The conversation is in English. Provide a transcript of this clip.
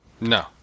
No